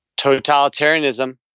totalitarianism